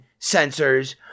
sensors